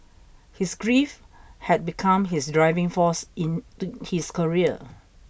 his grief had become his driving force in his career